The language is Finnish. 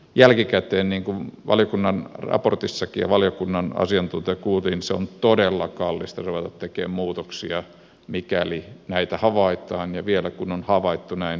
jälkikäteen niin kuin valiokunnan raportissakin todetaan ja valiokunnan asiantuntijoilta kuultiin on todella kallista ruveta tekemään muutoksia mikäli näitä havaitaan ja vielä kun on havaittu näin runsain mitoin